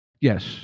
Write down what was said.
Yes